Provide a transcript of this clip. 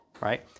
right